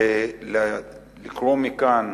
ולקרוא מכאן